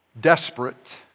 Desperate